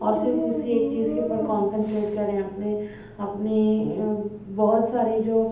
اور صرف اسی ایک چیز کے اوپر کانسنٹریٹ کریں اپنے اپنے بہت سارے جو